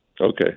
Okay